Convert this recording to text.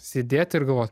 sėdėt ir galvo